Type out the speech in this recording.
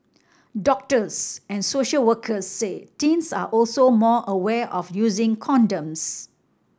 doctors and social workers say teens are also more aware of using condoms